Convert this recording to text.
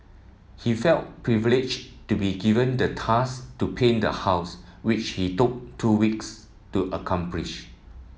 he felt privileged to be given the task to paint the house which he took two weeks to accomplish